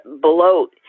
bloat